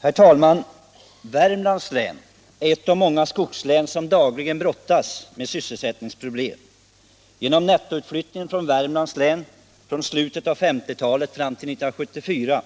Herr talman! Värmlands län är ett av de många skogslän som dagligen brottas med sysselsättningsproblem. Genom nettoutflyttningen från slutet av 1950-talet fram till 1974